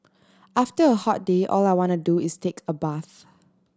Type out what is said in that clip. after a hot day all I want to do is take a bath